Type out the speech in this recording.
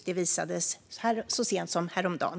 Det visade man så sent som häromdagen.